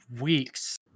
weeks